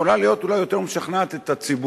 יכולה אולי להיות יותר משכנעת את הציבור.